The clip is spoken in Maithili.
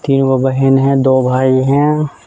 तीनगो बहीन है दो भाइ है